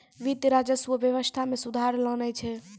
वित्त, राजस्व व्यवस्था मे सुधार लानै छै